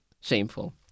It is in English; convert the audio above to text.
shameful